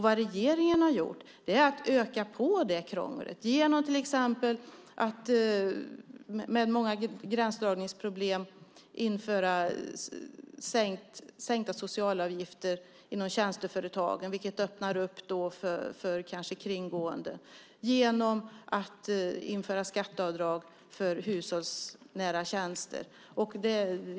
Vad regeringen har gjort är att öka på det krånglet genom att till exempel med många gränsdragningsproblem införa sänkta socialavgifter inom tjänsteföretagen som kanske öppnar för kringgående och genom att införa skatteavdrag för hushållsnära tjänster.